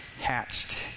hatched